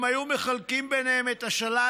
הם היו מחלקים ביניהם את השלל,